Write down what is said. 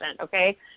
Okay